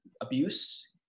abuse